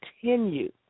continue